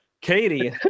Katie